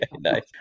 Nice